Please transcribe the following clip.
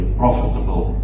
profitable